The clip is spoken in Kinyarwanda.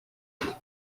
ati